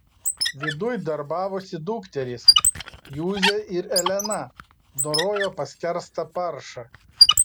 viduj darbavosi dukterys juzė ir elena dorojo paskerstą paršą